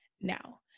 Now